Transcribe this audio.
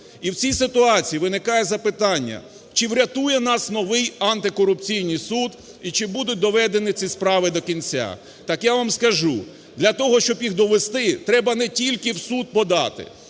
І в цій ситуації виникає запитання. Чи врятує нас новий антикорупційний суд, і чи будуть доведені ці справи до кінця? Так я вам скажу, для того, щоб їх довести, треба не тільки в суд подати,